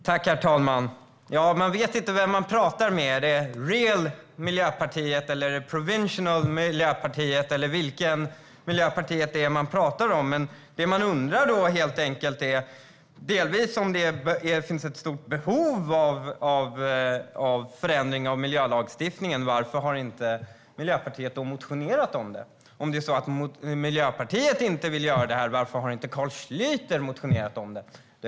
Herr talman! Man vet inte vem man talar med. Är det real Miljöpartiet, eller är det provincial Miljöpartiet, eller vilket är det? Det som man helt enkelt undrar är om det finns ett stort behov av förändringar av miljölagstiftningen, och varför Miljöpartiet i så fall inte har motionerat om det. Om Miljöpartiet inte vill göra detta, varför har då inte Carl Schlyter motionerat om detta?